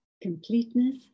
completeness